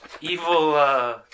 evil